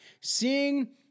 seeing